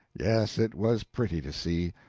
yes, it was pretty to see,